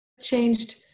changed